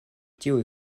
tiuj